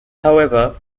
however